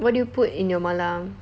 what do you put in your mala